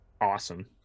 awesome